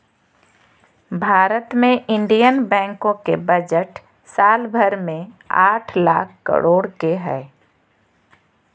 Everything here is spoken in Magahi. भारत मे इन्डियन बैंको के बजट साल भर मे आठ लाख करोड के हय